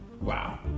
wow